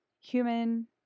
human